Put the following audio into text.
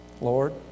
Lord